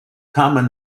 common